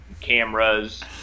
cameras